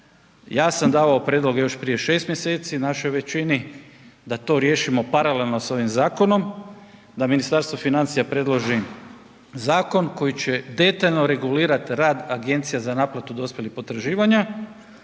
Ja sam davao prijedloge još prije šest mjeseci, našoj većini da to riješimo paralelno s ovim zakonom, da Ministarstvo financija predloži zakon koji će detaljno regulirati rad agencija za naplatu dospjelih potraživanja